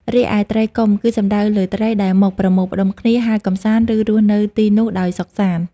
រីឯ ត្រីកុំ គឺសំដៅលើត្រីដែលមកប្រមូលផ្ដុំគ្នា ហែលកម្សាន្ត ឬរស់នៅទីនោះដោយសុខសាន្ត។